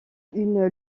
une